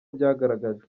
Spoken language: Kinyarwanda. byagaragajwe